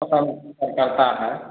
पसंद करता है